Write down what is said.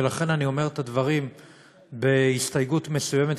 ולכן אני אומר את הדברים בהסתייגות מסוימת,